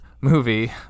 movie